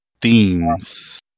Themes